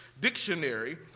Dictionary